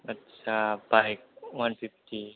आटसा bike one fifty